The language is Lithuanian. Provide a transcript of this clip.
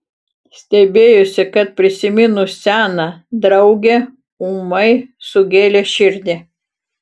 stebėjosi kad prisiminus seną draugę ūmai sugėlė širdį